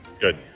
Good